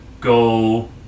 go